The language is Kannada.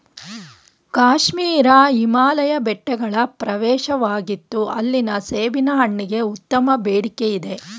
ಕಾಶ್ಮೀರ ಹಿಮಾಲಯ ಬೆಟ್ಟಗಳ ಪ್ರವೇಶವಾಗಿತ್ತು ಅಲ್ಲಿನ ಸೇಬಿನ ಹಣ್ಣಿಗೆ ಉತ್ತಮ ಬೇಡಿಕೆಯಿದೆ